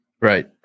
right